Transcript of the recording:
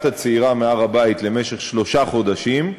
הצעירה מהר-הבית למשך שלושה חודשים,